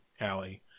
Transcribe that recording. alley